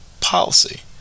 policy